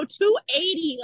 280